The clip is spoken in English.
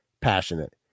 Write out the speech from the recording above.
Passionate